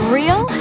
real